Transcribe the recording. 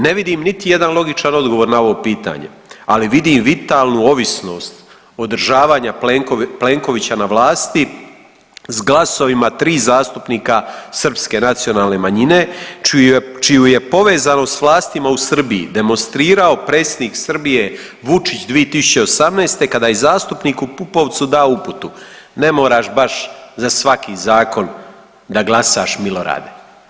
Ne vidim niti jedan logičan odgovor na ovo pitanje, ali vidim vitalnu ovisnost održavanja Plenkovića na vlasti s glasovima 3 zastupnika srpske nacionalne manjine čiju je povezanost s vlastima u Srbiji demonstrirao predsjednik Srbije Vučić 2018. kada je zastupniku Pupovcu dao uputu ne moraš baš za svaki zakon da glasaš Milorade.